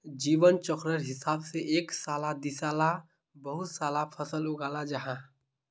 जीवन चक्रेर हिसाब से एक साला दिसाला बहु साला फसल उगाल जाहा